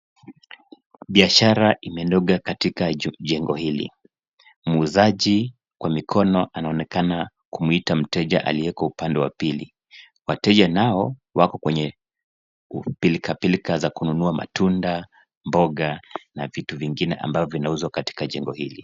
Biashara imenoga katika jengo hili. Muuzaji kwa mikono anaonekana kumwita mteja aliyeko upande wa pili. Wateja nao wako kweye pilkapilka za kununua matunda, mboga na vitu vingine ambao vinauzwa katika jengo hili.